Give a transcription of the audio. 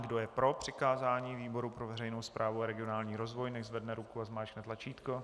Kdo je pro přikázání výboru pro veřejnou správu a regionální rozvoj, nechť zvedne ruku a zmáčkne tlačítko.